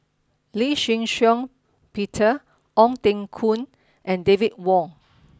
Lee Shih Shiong Peter Ong Teng Koon and David Wong